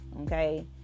okay